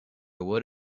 would